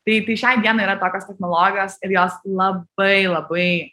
tai tai šiai dienai yra tokios technologijos ir jos labai labai